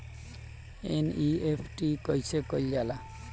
NEFT कइसे कइल जाला?